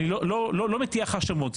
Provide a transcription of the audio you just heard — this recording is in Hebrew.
אני לא מטיח האשמות,